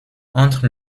entre